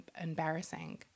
embarrassing